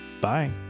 Bye